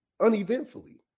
uneventfully